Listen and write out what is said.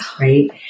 Right